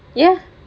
ya